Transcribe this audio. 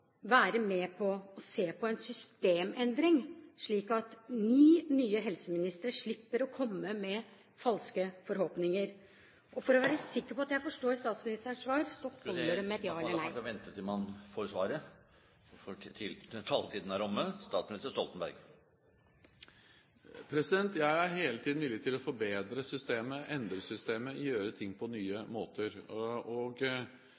være med og se på en systemendring, slik at ni nye helseministre slipper å komme med falske forhåpninger? Og for å være sikker på at jeg forstår statsministerens svar, ber jeg om et ja eller nei. Man kan kanskje vente til man får svaret – taletiden er omme. Jeg er hele tiden villig til å forbedre systemet, endre systemet, gjøre ting på